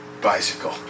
bicycle